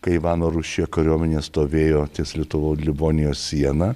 kai ivano rūsčiojo kariuomenė stovėjo ties lietuvo livonijos siena